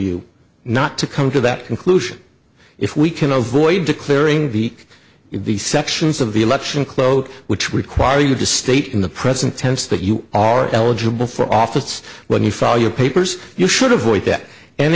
you not to come to that conclusion if we can avoid declaring the the sections of the election close which require you to state in the present tense that you are eligible for office when you file your papers you should avoid that and